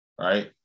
right